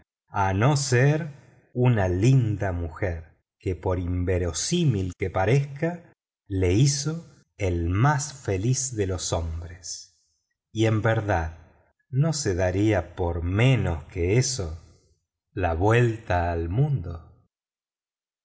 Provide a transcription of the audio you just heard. a no ser una linda mujer que por inverosímil que parezca le hizo el más feliz de los hombres y en verdad no se daría por menos que eso la vuelta al mundo